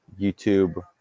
YouTube